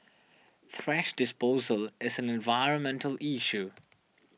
thrash disposal is an environmental issue